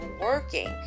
working